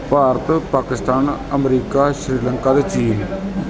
ਭਾਰਤ ਪਾਕਿਸਤਾਨ ਅਮਰੀਕਾ ਸ੍ਰੀਲੰਕਾ ਅਤੇ ਚੀਨ